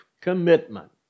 commitment